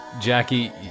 Jackie